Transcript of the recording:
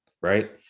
right